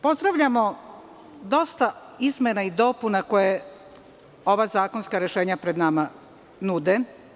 Pozdravljamo dosta izmena i dopuna koja ova zakonska rešenja pred nama nude.